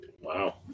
wow